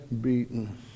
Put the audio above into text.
beaten